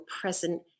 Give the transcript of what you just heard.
present